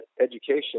education